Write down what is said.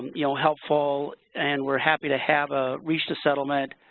you know, helpful. and, we are happy to have ah reached a settlement.